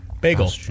Bagel